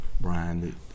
Brian